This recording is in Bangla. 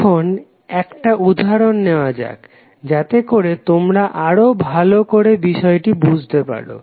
এখন একটা উদাহরণ নেওয়া যাক যাতে করে তোমরা আরও ভালো করে বিষয়টা বুঝতে পারো